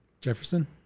Jefferson